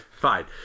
Fine